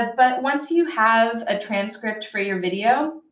but but once you have a transcript for your video,